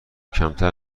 کمتر